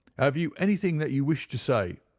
have you anything that you wish to say?